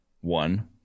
one